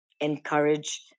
encourage